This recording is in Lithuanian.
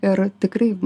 ir tikrai